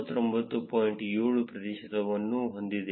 7 ಪ್ರತಿಶತವನ್ನು ಹೊಂದಿದೆ